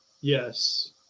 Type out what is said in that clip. Yes